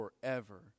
forever